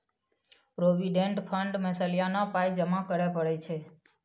provident fund मे सलियाना पाइ जमा करय परय छै